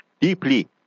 deeply